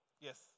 Yes